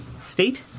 state